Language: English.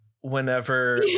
whenever